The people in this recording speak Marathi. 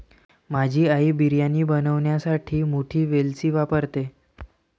माझी आई बिर्याणी बनवण्यासाठी मोठी वेलची वापरते